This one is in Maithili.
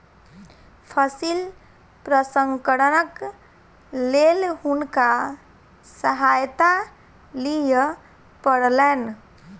फसिल प्रसंस्करणक लेल हुनका सहायता लिअ पड़लैन